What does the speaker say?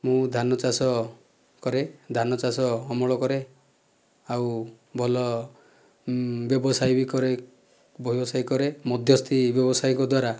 ମୁଁ ଧାନ ଚାଷ କରେ ଧାନ ଚାଷ ଅମଳ କରେ ଆଉ ଭଲ ବ୍ୟବସାୟୀ ବି କରେ ବ୍ୟବସାୟୀ କରେ ମଧ୍ୟସ୍ଥି ବ୍ୟବସାୟିକ ଦ୍ୱାରା